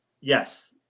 Yes